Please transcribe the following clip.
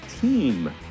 team